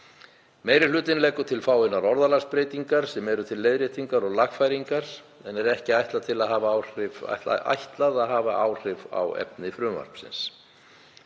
Meiri hlutinn leggur til fáeinar orðalagsbreytingar sem eru til leiðréttingar og lagfæringar en er ekki ætlað að hafa áhrif á efni frumvarpsins.